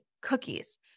cookies